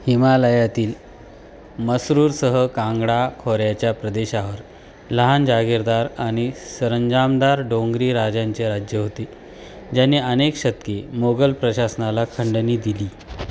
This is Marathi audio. हिमालयातील मसरूरसह कांगडा खोऱ्याच्या प्रदेशावर लहान जागिरदार आणि सरंजामदार डोंगरी राजांचे राज्य होते ज्यांनी अनेक शतके मोगल प्रशासनाला खंडणी दिली